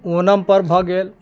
ओणम पर्ब भऽ गेल